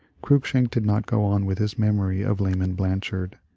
cruikshank did not go on with his memory of laman blanchard,